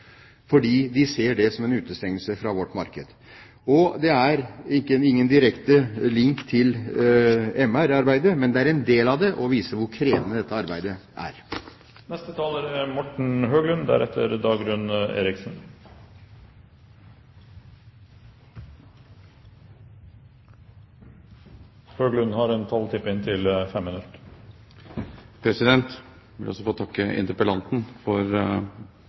fordi de ser det som en utestengelse fra vårt marked. Det er ingen direkte link til menneskerettighetsarbeidet, men det er en del av det, og det viser hvor krevende dette arbeidet er. Jeg vil også takke interpellanten for en god interpellasjon om et viktig tema, og jeg vil